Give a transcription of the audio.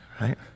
right